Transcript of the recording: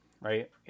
right